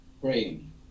Praying